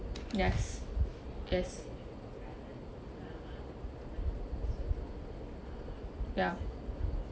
yes yes ya